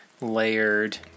layered